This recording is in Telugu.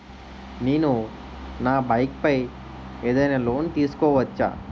నేను నా బైక్ పై ఏదైనా లోన్ తీసుకోవచ్చా?